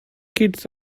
kids